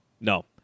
No